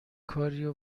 کاریو